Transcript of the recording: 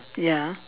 ya